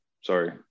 Sorry